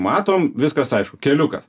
matom viskas aišku keliukas